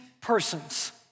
persons